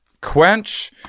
quench